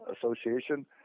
Association